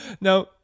Now